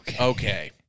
Okay